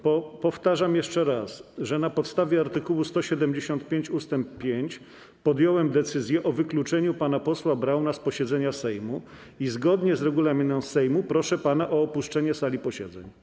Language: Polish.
Powtarzam, że na podstawie art. 175 ust. 5 podjąłem decyzję o wykluczeniu pana posła Brauna z posiedzenia Sejmu i zgodnie z regulaminem Sejmu proszę pana o opuszczenie sali posiedzeń.